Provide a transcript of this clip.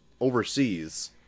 overseas